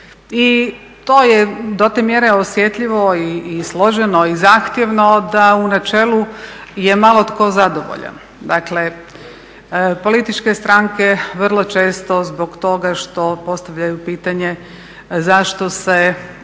i to je do te mjere osjetljivo i složeno i zahtjevno da u načelu je malo tko zadovoljan. Dakle, političke stranke vrlo često zbog toga što postavljaju pitanje zašto se